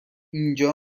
اینجا